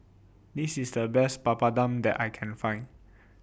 This IS The Best Papadum that I Can Find